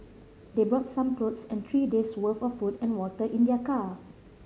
they brought some clothes and three days' worth of food and water in their car